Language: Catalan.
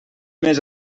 més